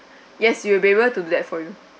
yes we will be able to do that for you